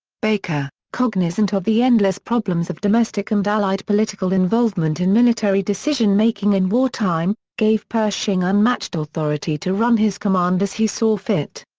baker, cognizant of the endless problems of domestic and allied political involvement in military decision making in wartime, gave pershing unmatched authority to run his command as he saw fit.